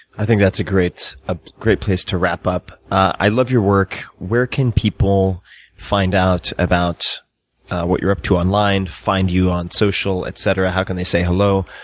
i think that's a great ah great place to wrap up. i love your work. where can people find out about what you're up to online, find you on social, etc? how can they say hello?